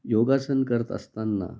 योगासन करत असताना